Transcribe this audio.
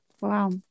wow